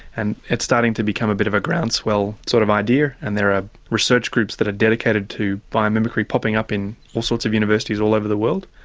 and it's starting to become a bit of a groundswell sort of idea and there are research groups that are dedicated to biomimicry popping up in all sorts of universities all over the world,